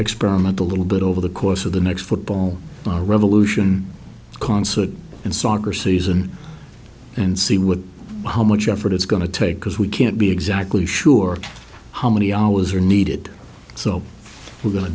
experiment a little bit over the course of the next football revolution concert and soccer season and see what how much effort it's going to take because we can't be exactly sure how many hours are needed so we're going to